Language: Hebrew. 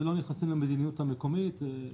ולא נכנסים למדיניות המקומית.